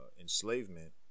enslavement